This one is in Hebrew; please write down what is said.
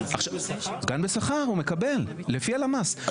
גם בשכר הוא מקבל לפי הלמ"ס,